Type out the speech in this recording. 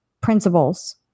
principles